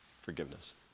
forgiveness